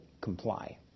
comply